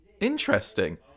interesting